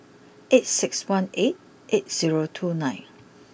eight six one eight eight zero two nine